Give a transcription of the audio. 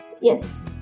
Yes